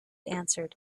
answered